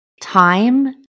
time